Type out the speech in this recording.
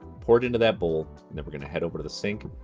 pour it into that bowl. and then we're gonna head over to the sink,